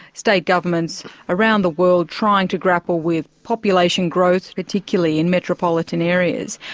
state governments around the world, trying to grapple with population growth particularly in metropolitan areas.